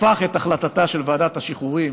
הפך את החלטתה של ועדת השחרורים,